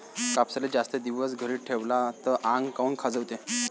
कापसाले जास्त दिवस घरी ठेवला त आंग काऊन खाजवते?